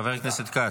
חבר הכנסת כץ.